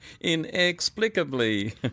inexplicably